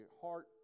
heart